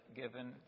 given